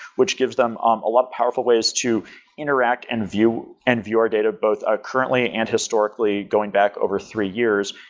which gives them um a lot of powerful ways to interact and view and view our data both ah currently and historically going back over three years.